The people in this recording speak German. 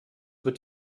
wird